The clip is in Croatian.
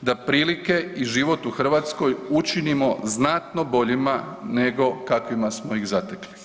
da prilike i život u Hrvatskoj učinimo znatno boljima nego kakvima smo ih zatekli.